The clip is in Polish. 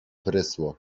prysło